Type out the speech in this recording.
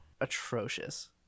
atrocious